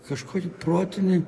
kažkokį protinį